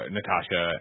Natasha